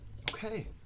Okay